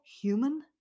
human